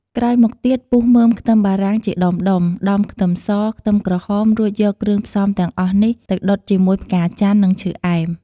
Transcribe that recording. ក្រោយមកទៀត ពុះមើមខ្ទឹមបារាំងជាដុំៗ ដំខ្ទឹមស ខ្ទឹមក្រហម រួចយកគ្រឿងផ្សំទាំងអស់នេះទៅដុតជាមួយផ្កាចន្ទន៍ និងឈើអែម។